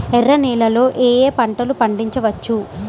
ఎర్ర నేలలలో ఏయే పంటలు పండించవచ్చు?